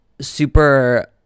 super